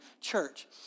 church